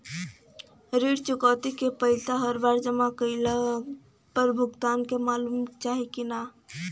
ऋण चुकौती के पैसा हर बार जमा कईला पर भुगतान के मालूम चाही की ना?